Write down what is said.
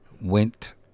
went